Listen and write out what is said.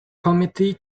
committee